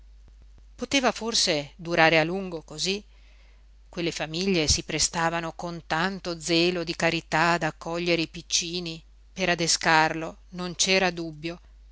poteva forse durare a lungo cosí quelle famiglie si prestavano con tanto zelo di carità ad accogliere i piccini per adescarlo non c'era dubbio